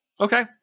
Okay